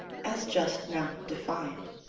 as just now defined.